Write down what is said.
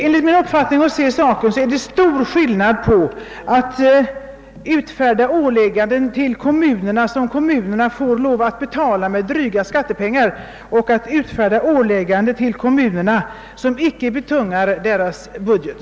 Enligt min uppfattning är det stor skillnad mellan att ge kommunerna åligganden som de får lov att betala med dryga skattepengar som ofta har gjorts och att ge dem åligganden som icke betungar deras budget.